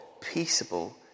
peaceable